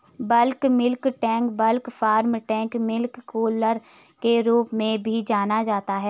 bulk milk tank bulk farm tank milk cooler के रूप में भी जाना जाता है,